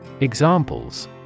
Examples